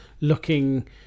looking